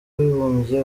w’abibumbye